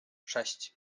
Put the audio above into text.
sześć